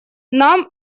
нам